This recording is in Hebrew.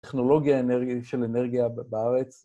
טכנולוגיה של אנרגיה בארץ.